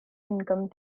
income